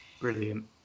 Brilliant